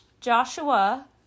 Joshua